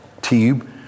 tube